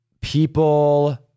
people